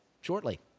shortly